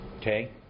Okay